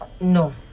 no